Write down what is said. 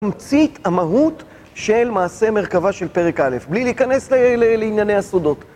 אמצית המהות של מעשה מרכבה של פרק א', בלי להיכנס לענייני הסודות.